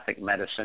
medicine